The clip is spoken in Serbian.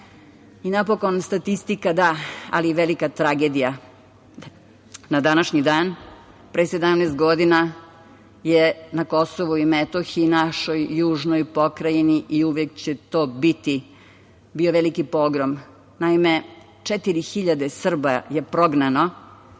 dinara. Napokon, statistika, da, ali i velika tragedija, na današnji dan, pre 17 godina, je Kosovu i Metohiji, našoj južnoj pokrajini, i uvek će to biti, bio veliki pogrom. Naime, 4.000 Srba je prognano